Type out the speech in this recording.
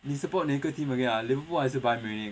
你 support 哪一个 team again ah Liverpool 还是 Bayern Munich